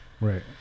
Right